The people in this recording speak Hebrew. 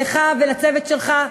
לך ולצוות שלך,